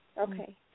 Okay